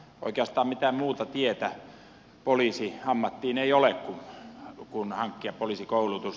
oikeastaan mitään muuta tietä poliisin ammattiin ei ole kuin hankkia poliisikoulutus